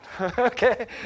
okay